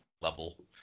level